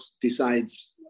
decides